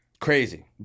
Crazy